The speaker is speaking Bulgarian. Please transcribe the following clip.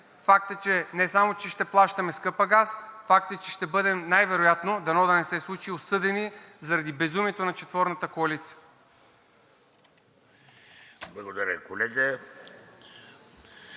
Факт е, че не само ще плащаме скъп газ, факт е, че ще бъдем най-вероятно, дано да не се случи, осъдени заради безумието на четворната коалиция.